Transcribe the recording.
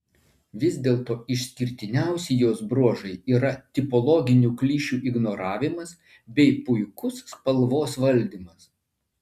vis dėlto išskirtiniausi jos bruožai yra tipologinių klišių ignoravimas bei puikus spalvos valdymas